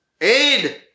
aid